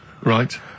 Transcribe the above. Right